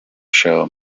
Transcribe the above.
show